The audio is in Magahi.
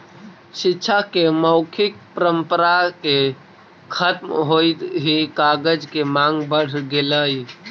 शिक्षा के मौखिक परम्परा के खत्म होइत ही कागज के माँग बढ़ गेलइ